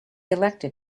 elected